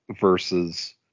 versus